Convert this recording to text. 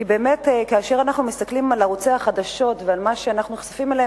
כי באמת כאשר אנחנו מסתכלים על ערוצי החדשות ועל מה שאנחנו נחשפים אליו,